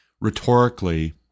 rhetorically